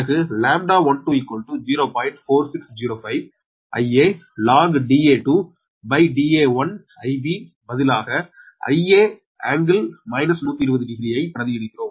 4605 Ia log Da2 Da1 Ib பதிலாக Ia ∟ 1200 ஐ பிரதியிடுகிறோம்